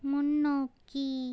முன்னோக்கி